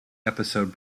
episode